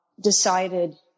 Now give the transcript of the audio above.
decided